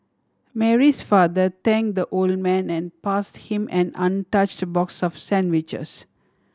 Mary's father thank the old man and pass him an untouched box of sandwiches